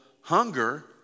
hunger